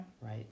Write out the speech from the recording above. right